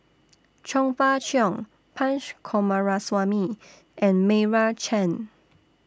Chong Fah Cheong Punch Coomaraswamy and Meira Chand